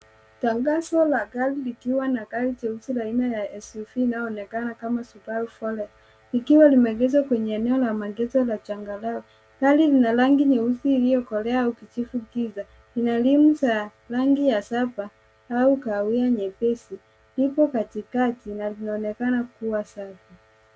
Tangazo la gari likiwa na rangi jeusi aina ya SUV inayoonekana kama[cs Subaru forester likiwa limeegeshwa kwenye eneo la maegesho la jangarawe. Gari Lina rangi nyeusi iliokolea kijivu giza ina rimu za rangi ya sapa au kahawia nyepesi lipo katikati na linaonekana kuwa Safi.